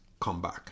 comeback